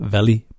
Valley